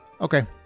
Okay